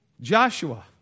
Joshua